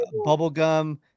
bubblegum